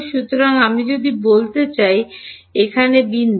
সুতরাং আমি যদি বলতে চাই এখানে বিন্দু